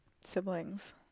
siblings